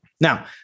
Now